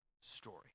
story